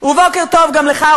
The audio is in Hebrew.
ובוקר טוב גם לך,